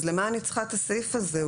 אז למה אני צריכה את הסעיף הזה?